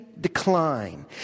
decline